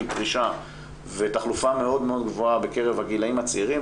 פרישה ותחלופה מאוד גבוהה בקרב הגילאים הצעירים,